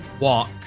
walk